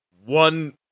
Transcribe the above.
One